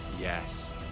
Yes